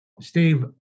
Steve